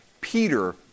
Peter